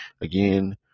Again